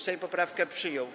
Sejm poprawkę przyjął.